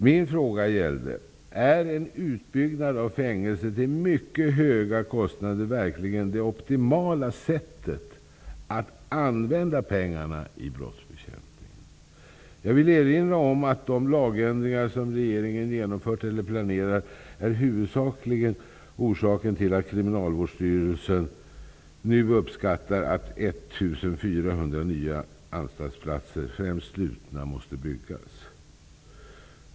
Min fråga gällde: Är en utbyggnad av fängelse till mycket höga kostnader verkligen det optimala sättet att använda pengarna i brottsbekämpningen? Jag vill erinra om att de lagändringar som regeringen genomfört eller planerar huvudsakligen är orsaken till att Kriminalvårdsstyrelsen nu uppskattar att 1 400 nya anstaltsplatser, främst slutna, måste byggas.